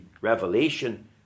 revelation